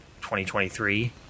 2023